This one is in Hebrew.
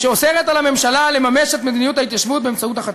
שאוסרת על הממשלה לממש את מדיניות ההתיישבות באמצעות החטיבה.